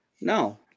No